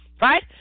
right